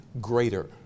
greater